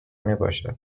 میباشد